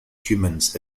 humans